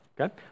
Okay